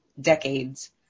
decades